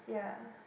yeah